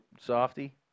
softy